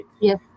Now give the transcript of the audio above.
Yes